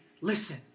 listen